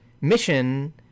mission